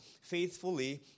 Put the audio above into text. faithfully